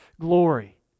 glory